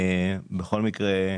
בכל מקרה,